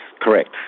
correct